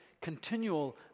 continual